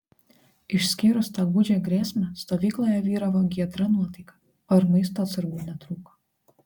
išskyrus tą gūdžią grėsmę stovykloje vyravo giedra nuotaika o ir maisto atsargų netrūko